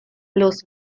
los